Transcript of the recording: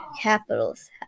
Capitals